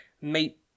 meet